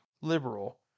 liberal